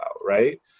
right